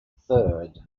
third